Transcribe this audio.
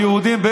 היהודים,